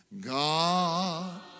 God